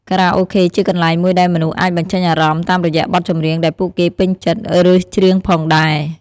ខារ៉ាអូខេជាកន្លែងមួយដែលមនុស្សអាចបញ្ចេញអារម្មណ៍ តាមរយៈបទចម្រៀងដែលពួកគេពេញចិត្ត ឬច្រៀងផងដែរ។